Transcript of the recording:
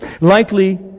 Likely